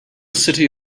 city